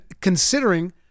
considering